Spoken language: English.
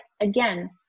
again